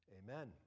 amen